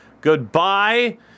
goodbye